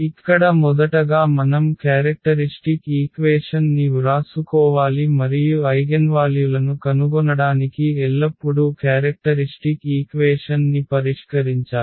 ఇక్కడ మొదటగా మనం క్యారెక్టరిష్టిక్ ఈక్వేషన్ ని వ్రాసుకోవాలి మరియు ఐగెన్వాల్యులను కనుగొనడానికి ఎల్లప్పుడూ క్యారెక్టరిష్టిక్ ఈక్వేషన్ ని పరిష్కరించాలి